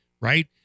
right